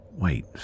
Wait